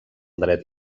dret